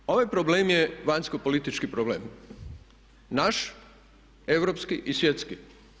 Drugo, ovaj problem je vanjsko politički problem, naš, europski i svjetski.